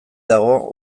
dago